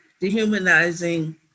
dehumanizing